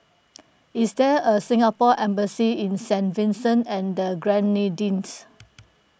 is there a Singapore Embassy in Saint Vincent and the Grenadines